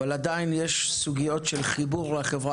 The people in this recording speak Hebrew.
אבל יש עדיין סוגיות של חיבור לחברה